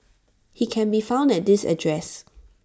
he can be found at this address